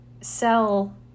sell